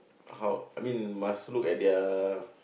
how I mean must look at their